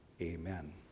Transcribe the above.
Amen